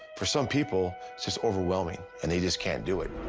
for some people it's just overwhelming, and they just can't do it.